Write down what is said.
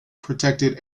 protected